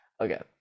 okay